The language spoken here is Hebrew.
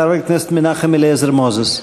חבר הכנסת מנחם אליעזר מוזס.